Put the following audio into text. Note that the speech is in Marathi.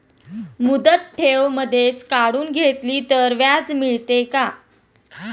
मुदत ठेव मधेच काढून घेतली तर व्याज मिळते का?